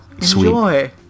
enjoy